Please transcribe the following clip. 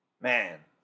Man